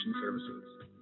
services